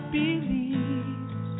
believes